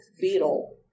beetle